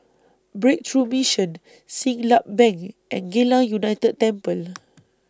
Breakthrough Mission Siglap Bank and Geylang United Temple